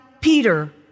Peter